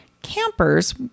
Campers